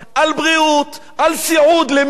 על בריאות, על סיעוד, למי?